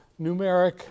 numeric